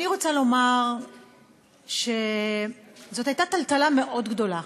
אני רוצה לומר שזאת הייתה טלטלה מאוד גדולה,